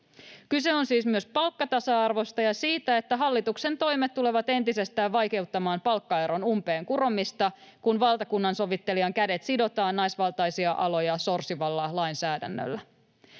Kyse on siis myös palkkatasa-arvosta ja siitä, että hallituksen toimet tulevat entisestään vaikeuttamaan palkkaeron umpeen kuromista, kun valtakunnansovittelijan kädet sidotaan naisvaltaisia aloja sorsivalla lainsäädännöllä.